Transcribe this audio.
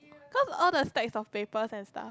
cause all the stacks of papers and stuff